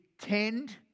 tend